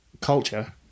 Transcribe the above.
culture